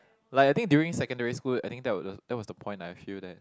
like I think during secondary school I think that was the that was the point I feel that